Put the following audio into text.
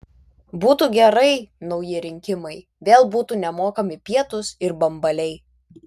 būtų gerai nauji rinkimai vėl būtų nemokami pietūs ir bambaliai